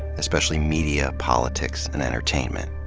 especially media, politics, and entertainment.